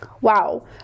Wow